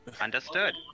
Understood